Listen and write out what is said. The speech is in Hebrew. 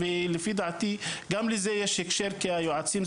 ולפי דעתי גם לזה יש הקשר כי היועצים,